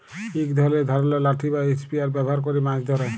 ইক ধরলের ধারালো লাঠি বা ইসপিয়ার ব্যাভার ক্যরে মাছ ধ্যরে